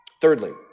Thirdly